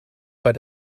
but